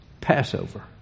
Passover